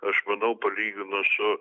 aš manau palyginus su